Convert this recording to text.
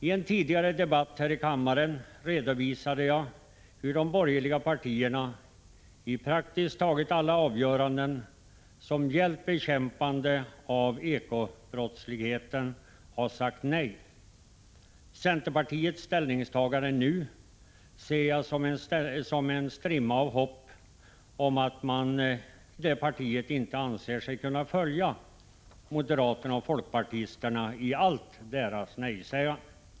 I en tidigare debatt här i kammaren redovisade jag hur de borgerliga partierna i praktiskt taget alla avgöranden som gällt bekämpandet av ekobrottsligheten har sagt nej. Centerns ställningstagande nu ser jag som en strimma av hopp om att det partiet inte anser sig kunna följa moderaterna och folkpartisterna i allt deras nejsägande.